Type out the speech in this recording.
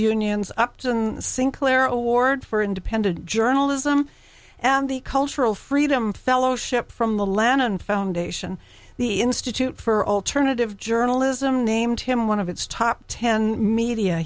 union's upton sinclair award for independent journalism and the cultural freedom fellowship from the lennon foundation the institute for alternative journalism named him one of its top ten media